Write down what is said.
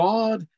God